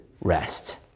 rest